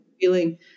feeling